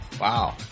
Wow